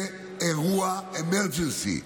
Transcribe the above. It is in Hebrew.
זה אירוע emergency.